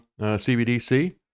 CBDC